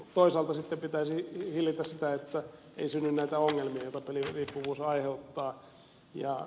toisaalta sitten pitäisi hillitä sitä että ei synny näitä ongelmia joita peliriippuvuus aiheuttaa